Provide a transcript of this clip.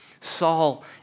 Saul